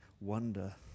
wonder